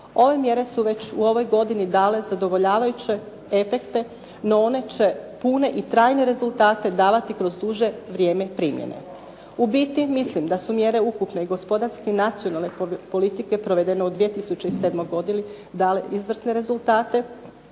Ove mjere su već u ovoj godini dale zadovoljavajuće efekte, no one će pune i trajne rezultate davati kroz duže vrijeme primjene. U biti, mislim da su mjere ukupne i gospodarske, nacionalne politike provedene u 2007. godini dale izvrsne rezultate